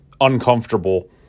uncomfortable